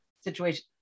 situation